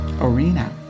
Arena